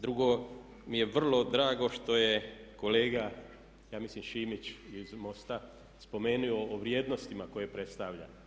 Drugo, mi je vrlo drago što je kolega ja mislim Šimić iz MOST-a spomenuo o vrijednostima koje predstavlja.